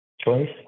choice